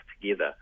together